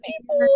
people